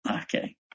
Okay